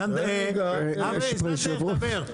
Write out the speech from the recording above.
זנדברג, דבר.